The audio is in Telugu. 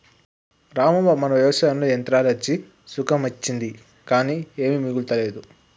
రామవ్వ మన వ్యవసాయంలో యంత్రాలు అచ్చి సుఖం అచ్చింది కానీ ఏమీ మిగులతలేదు